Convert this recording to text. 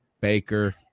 Baker